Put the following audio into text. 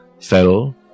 fell